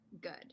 good